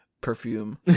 perfume